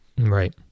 Right